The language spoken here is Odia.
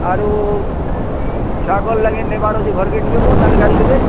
ଆରୁ ଛୁଆଙ୍କର୍ ଲାଗି ନେବାର୍ ଅଛେ ଘର୍କେ ଟିକେ ବୋ ନାହେଲେ ଗାଲିଦେବେ